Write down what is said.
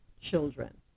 children